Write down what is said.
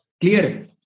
Clear